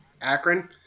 Akron